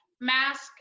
mask